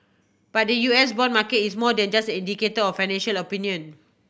but the U S bond market is more than just indicator financial opinion